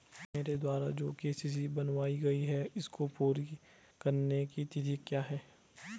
मेरे द्वारा जो के.सी.सी बनवायी गयी है इसको पूरी करने की तिथि क्या है?